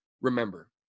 Remember